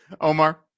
Omar